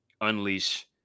unleash